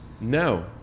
No